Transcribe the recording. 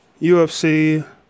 UFC